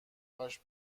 کاش